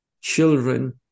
children